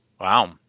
Wow